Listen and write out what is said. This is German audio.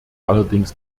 allerdings